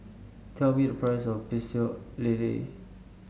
tell me the price of Pecel Lele